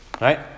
right